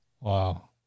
Wow